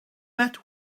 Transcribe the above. met